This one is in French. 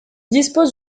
dispose